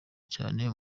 cyane